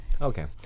okay